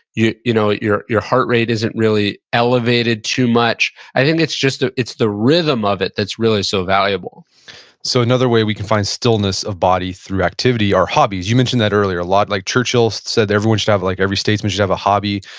your you know your heart rate isn't really elevated too much. i think it's just ah the rhythm of it that's really so valuable so, another way we can find stillness of body through activity or hobbies. you mentioned that earlier, a lot like churchill said, everyone should have, like every statesman should have a hobby.